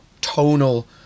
tonal